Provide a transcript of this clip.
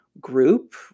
group